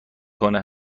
کنه